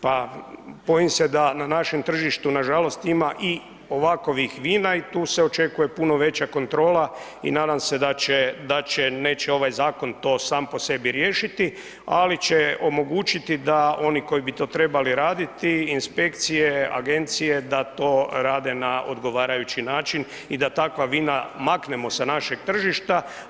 Pa bojim se da na našem tržištu nažalost ima i ovakvih vina i tu se očekuje puno veća kontrola i nadam se da će, neće ovaj zakon to sam po sebi riješiti ali će omogućiti da oni koji bi to trebali raditi, inspekcije, agencije da to rade na odgovarajući način i da takva vina maknemo sa našeg tržišta.